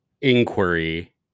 inquiry